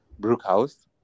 brookhouse